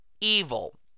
evil